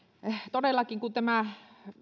todellakin kun tämä